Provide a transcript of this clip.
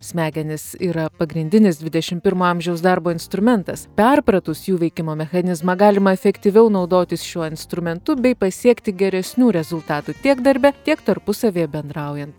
smegenys yra pagrindinis dvidešim pirmo amžiaus darbo instrumentas perpratus jų veikimo mechanizmą galima efektyviau naudotis šiuo instrumentu bei pasiekti geresnių rezultatų tiek darbe tiek tarpusavyje bendraujant